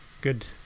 good